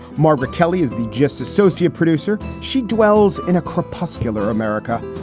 margaret kelly is the just associate producer. she dwells in a crepuscular america.